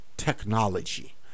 technology